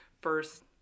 first